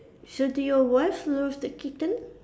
so did your wife love the kitten